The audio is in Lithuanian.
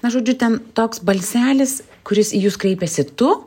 na žodžiu ten toks balselis kuris į jus kreipiasi tu